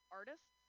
artists